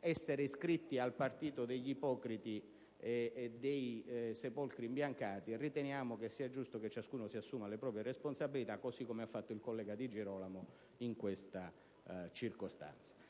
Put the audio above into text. essere iscritti al partito degli ipocriti e dei sepolcri imbiancati e riteniamo giusto che ciascuno si assuma le proprie responsabilità, come ha fatto il collega Di Girolamo in questa circostanza.